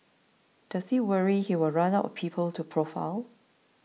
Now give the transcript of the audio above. does he worry he will run out of people to profile